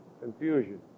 confusion